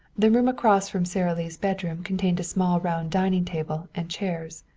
the room across from sara lee's bedroom contained a small round dining table and chairs.